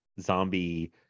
zombie